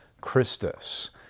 Christus